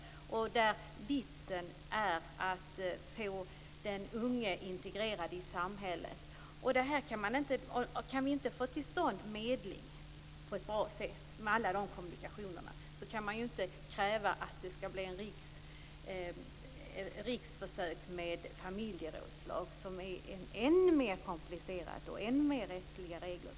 Vitsen där är att få den unge integrerad i samhället. Kan vi inte få till stånd medling på ett bra sätt, går det ju inte att kräva att det skall genomföras ett riksförsök med familjerådslag, som är än mer komplicerat och omfattar än mer rättsliga regler.